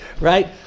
right